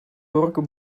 work